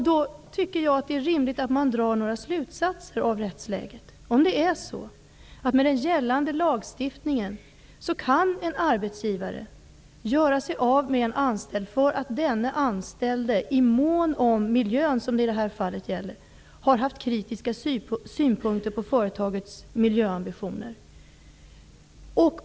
Det är då rimligt att man drar några slutsatser av rättsläget, om det är så, att en arbetsgivare enligt gällande lagstiftning kan göra sig av med en anställd för att denne anställde mån om miljön -- som i det här fallet -- har haft kritiska synpunkter på företagets miljöambitioner?